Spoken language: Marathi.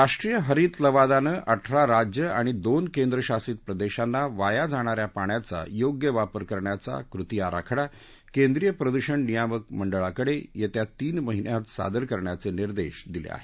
राष्ट्रीय हरीत लवादानं अठरा राज्यं आणि दोन केंद्र शासित प्रदेशांना वाया जाणाऱ्या पाण्याचा योग्य वापर करण्याचा कृती आराखडा केंद्रीय प्रदूषण नियामक मंडळाकडे येत्या तीन महिन्यात सादर करण्याचे निर्देश दिले आहेत